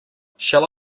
shall